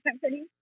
Company